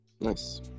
Nice